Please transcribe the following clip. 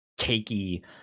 cakey